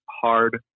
hard